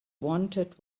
wanted